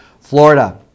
Florida